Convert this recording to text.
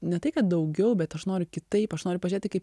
ne tai kad daugiau bet aš noriu kitaip aš noriu pažiūrėti kaip